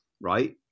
Right